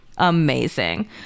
Amazing